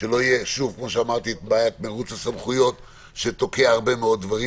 שלא יהיה מרוץ סמכויות שתוקע הרבה מאוד דברים.